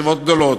ישיבות גדולות,